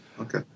Okay